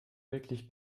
wirklich